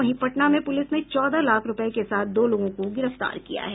वहीं पटना में पुलिस ने चौदह लाख रूपये के साथ दो लोगों को गिरफ्तार किया है